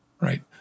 Right